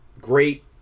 great